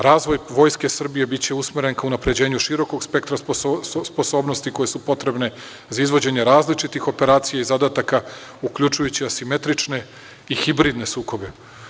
Razvoj Vojske Srbije biće usmeren ka unapređenju širokog spektra sposobnosti koje su potrebne za izvođenje različitih operacija i zadataka, uključujući asimetrične i hibridne sukobe.